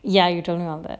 ya you told me all that